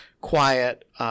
quiet –